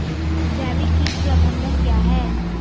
जैविक कीट प्रबंधन क्या है?